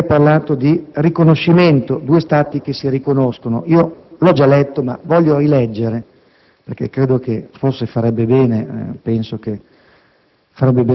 Leiha parlato di riconoscimento: «due Stati che si riconoscono». L'ho già letto, ma lo voglio rileggere, perché credo che forse farebbe bene a tutti